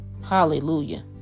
hallelujah